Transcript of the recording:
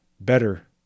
better